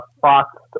Fox